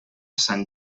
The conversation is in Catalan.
sant